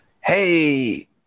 Hey